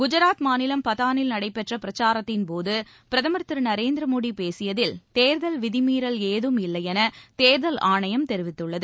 குஜராத் மாநிலம் பத்தானில் நடைபெற்ற பிரச்சாரத்தின் போது பிரதமர் திரு நரேந்திர மோடி பேசியதில் தேர்தல் விதிமீறல் ஏதும் இல்லையென தேர்தல் ஆணையம் தெரிவித்துள்ளது